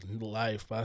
life